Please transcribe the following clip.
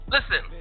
Listen